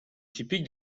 typiques